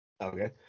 okay